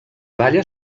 balla